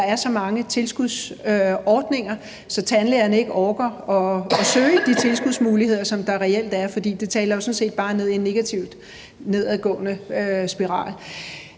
der er så mange tilskudsordninger, så tandlægerne ikke orker at søge de tilskudsmuligheder, som der reelt er, for det taler jo sådan set bare ind i en negativt nedadgående spiral.